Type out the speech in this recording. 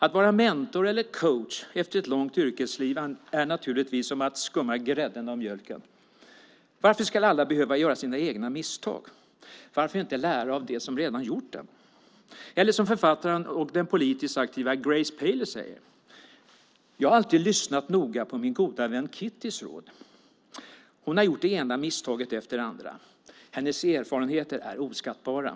Att vara mentor eller coach efter ett långt yrkesliv är naturligtvis som att skumma grädden av mjölken. Varför ska alla behöva göra egna misstag? Varför inte lära av dem som redan gjort dem? Den politiskt aktiva författaren Grace Paley säger: "Jag har alltid lyssnat noga på min goda vän Kittys råd, hon har gjort det ena misstaget efter det andra. Hennes erfarenheter är oskattbara!"